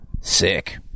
sick